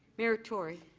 mayor tory.